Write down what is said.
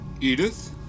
Edith